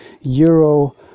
euro